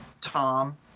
Tom